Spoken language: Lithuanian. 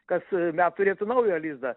kas met turėtų naują lizdą